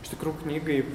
iš tikrųjų knygai